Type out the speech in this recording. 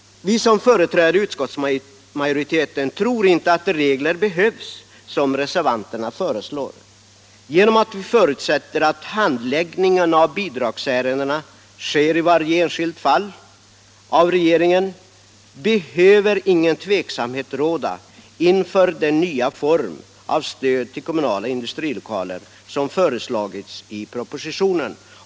Vi som företräder utskottsmajoriteten tror inte att de regler som reservanterna föreslår behövs. Genom att vi förutsätter att handläggningen av bidragsärenden görs av regeringen i varje enskilt fall behöver ingen tveksamhet råda inför den nya form av stöd till kommunala industrilokaler som föreslagits i propositionen.